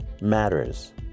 matters